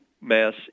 Mass